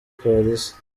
polisi